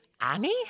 Annie